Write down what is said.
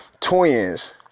twins